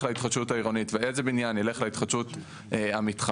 להתחדשות העירונית ואיזה בניין ילך להתחדשות המתחמית,